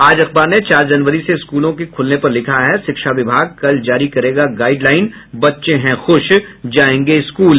आज अखबार ने चार जनवरी से स्कूलों के खुलने पर लिखा है शिक्षा विभाग कल जारी करेगा गाइडलाईन बच्चे हैं खुश जायेंगे स्कूल